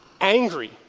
angry